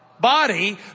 body